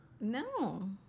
No